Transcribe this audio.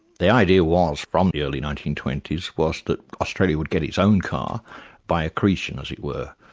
the idea was from the early nineteen twenty s, was that australia would get its own car by accretion, as it were,